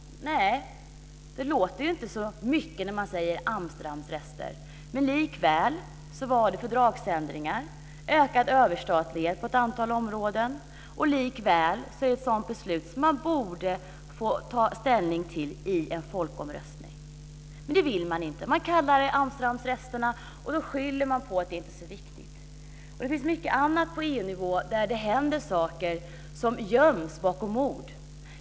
Nej, det låter inte så mycket när man talar om Amsterdamrester, men likväl var det fråga om fördragsändringar och ökad överstatlighet på ett antal områden, beslut som man borde få ta ställning till i en folkomröstning. Det vill man dock inte utan kallar det för Amsterdamrester som inte är så viktiga. Det finns också mycket annat på EU-nivå som göms bakom ord.